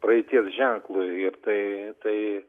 praeities ženklu ir tai tai